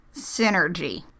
Synergy